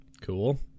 Cool